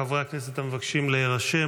חברי הכנסת המבקשים להירשם,